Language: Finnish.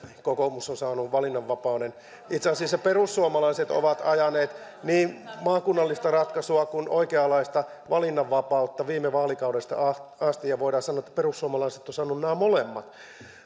kokoomus on saanut valinnanvapauden itse asiassa perussuomalaiset ovat ajaneet niin maakunnallista ratkaisua kuin oikeanlaista valinnanvapauttakin viime vaalikaudesta asti ja voidaan sanoa että perussuomalaiset ovat saaneet nämä molemmat